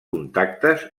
contactes